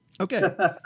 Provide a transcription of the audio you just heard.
Okay